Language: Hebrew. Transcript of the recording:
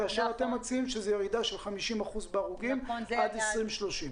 כאשר אתם מציעים ירידה של 50% בהרוגים עד 2030?